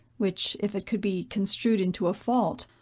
which, if it could be construed into a fault,